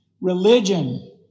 religion